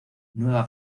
nueva